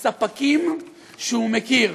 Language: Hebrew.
הספקים שהוא מכיר,